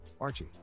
Archie